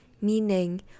Meaning